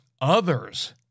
others